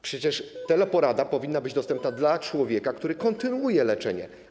Przecież teleporada powinna być dostępna dla człowieka, który kontynuuje leczenie.